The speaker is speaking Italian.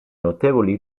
notevoli